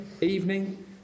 evening